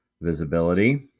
visibility